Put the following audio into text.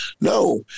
No